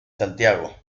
santiago